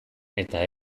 eta